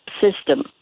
system